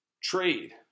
Trade